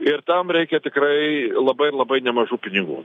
ir tam reikia tikrai labai labai nemažų pinigų